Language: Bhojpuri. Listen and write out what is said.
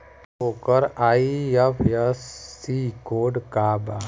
ओकर आई.एफ.एस.सी कोड का बा?